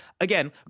again